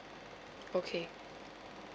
okay